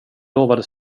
lovade